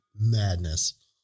madness